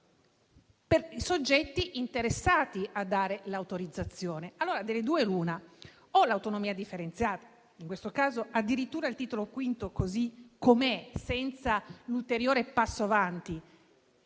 sono i soggetti interessati a dare l'autorizzazione. Delle due l'una: o l'autonomia differenziata, in questo caso addirittura il Titolo V così come è, senza un ulteriore passo avanti,